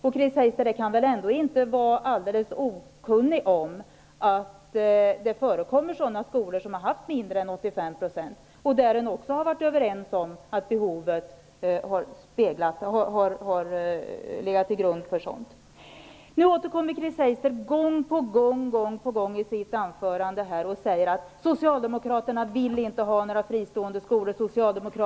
Chris Heister kan väl ändå inte vara alldeles okunnig om att det förekommer skolor som har fått mindre än 85 %. Man har också varit överens om att behovet har legat till grund för det. Chris Heister säger gång på gång i sitt anförande att Socialdemokraterna inte vill ha några fristående skolor.